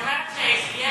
אני אומרת שיש,